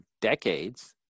decades